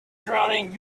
drowning